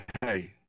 hey